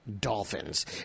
Dolphins